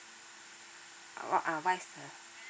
what are what is the